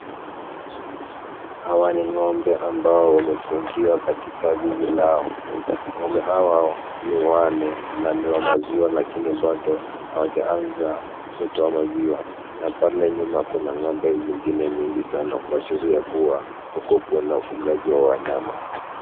Hawa ni ng'ombe ambao wamefungiwa katika zizi lao. Ngombe hawa ni wanne na ni wa maziwa lakini bado hawajaanza kutoa maziwa na pale nyuma kuna ng'ombe zingine mengi sana kuashiria kuwa huku kuna ufugaji wa wanyama.